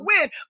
win